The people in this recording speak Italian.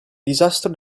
disastro